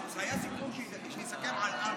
היה סיכום שהוא יסכם על ארבע.